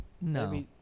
No